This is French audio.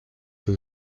que